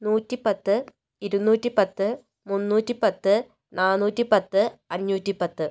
നൂറ്റിപ്പത്ത് ഇരുന്നൂറ്റിപ്പത്ത് മുന്നൂറ്റിപ്പത്ത് നാന്നൂറ്റിപത്ത് അഞ്ഞൂറ്റിപ്പത്ത്